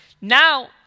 Now